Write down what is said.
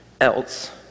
else